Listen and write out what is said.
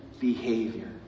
behavior